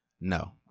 No